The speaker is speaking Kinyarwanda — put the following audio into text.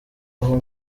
aho